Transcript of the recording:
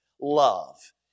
love